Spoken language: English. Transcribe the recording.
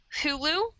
Hulu